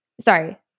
sorry